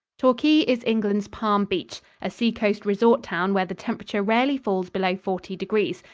torquay is england's palm beach a seacoast-resort town where the temperature rarely falls below forty degrees,